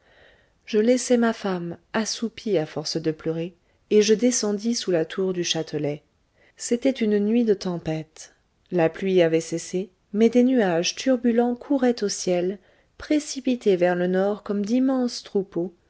je laissai ma femme assoupie à force de pleurer et je descendis sous la tour du châtelet c'était une nuit de tempête la pluie avait cessé mais des nuages turbulents couraient au ciel précipités vers le nord comme d'immenses troupeaux